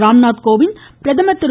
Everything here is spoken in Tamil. ராம்நாத் கோவிந்த் பிரதமர் திரு